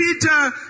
Peter